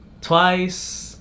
twice